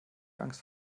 angst